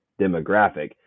demographic